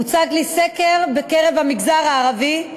הוצג לי סקר שנערך במגזר הערבי,